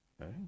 Okay